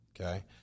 okay